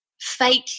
fake